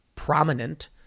prominent